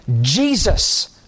Jesus